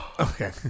Okay